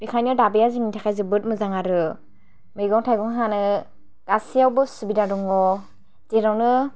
बेखायनो दाबाया जोंनि थाखाय जोबोद मोजां आरो मैगं थायगं हानो गासैयावबो सुबिदा दङ जेरावनो